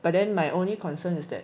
but then my only concern is that